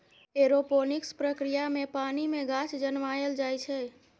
aeroponics प्रक्रिया मे पानि मे गाछ जनमाएल जाइ छै